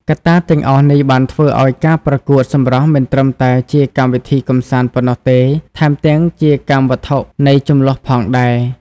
កត្តាទាំងអស់នេះបានធ្វើឱ្យការប្រកួតសម្រស់មិនត្រឹមតែជាកម្មវិធីកម្សាន្តប៉ុណ្ណោះទេ ថែមទាំងជាកម្មវត្ថុនៃជម្លោះផងដែរ។